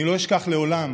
אני לא אשכח לעולם